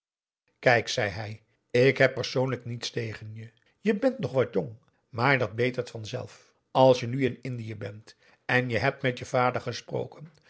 kijk zei hij ik heb persoonlijk niets tegen je je bent nog wat jong maar dat betert vanzelf als je nu in indië bent en je hebt met je vader gesproken